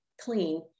clean